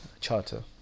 charter